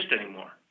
anymore